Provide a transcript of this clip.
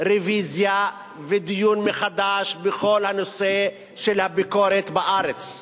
רוויזיה ודיון מחדש בכל הנושא של הביקורת בארץ.